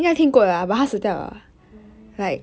mm orh